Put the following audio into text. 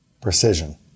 Precision